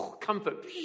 Comfort